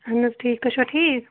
اَہَن حظ ٹھیٖک تُہۍ چھُوا ٹھیٖک